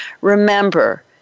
remember